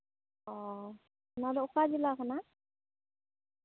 ᱚ ᱱᱚᱣᱟ ᱫᱚ ᱚᱠᱟ ᱡᱮᱞᱟ ᱠᱟᱱᱟ